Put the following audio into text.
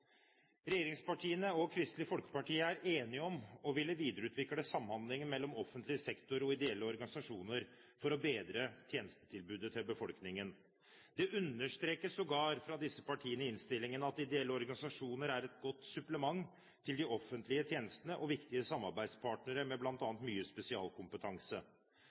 Regjeringspartiene og Kristelig Folkeparti er enige om å ville videreutvikle samhandlingen mellom offentlig sektor og ideelle organisasjoner for å bedre tjenestetilbudet til befolkningen. Det understrekes sågar fra disse partiene i innstillingen at ideelle organisasjoner er et godt supplement til de offentlige tjenestene og viktige samarbeidspartnere med bl.a. mye spesialkompetanse.